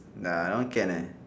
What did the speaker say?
nah that one can leh